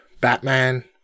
Batman